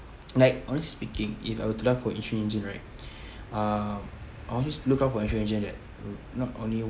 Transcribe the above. like honestly speaking if I were to look for insurance agent right uh I always look out for insurance agent that not only